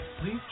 Please